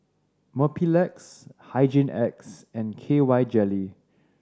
Mepilex Hygin X and K Y Jelly